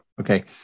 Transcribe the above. Okay